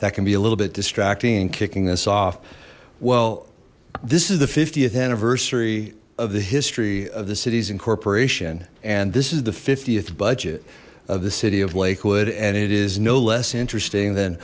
that can be a little bit distracting and kicking this off well this is the th anniversary of the history of the city's incorporation and this is the fiftieth budget of the city of lakewood and it is no less interesting th